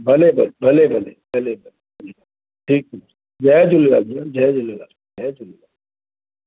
भले भले भले भले भले भले भले ठीुक जय झूलेलाल जय भेण झूलेलाल जय झूलेलाल